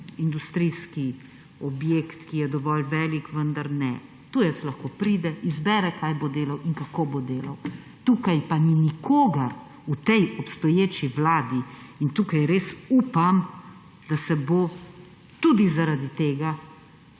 industrijski objekt, ki je dovolj velik – vendar ne! Tujec lahko pride, izbere, kaj bo delal in kako bo delal. Tukaj pa ni nikogar v tej obstoječi vladi in tukaj res upam, da se bo tudi zaradi tega